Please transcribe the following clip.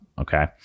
Okay